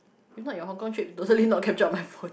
if not your Hong-Kong trip totally not capture on my phone